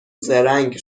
زرنگ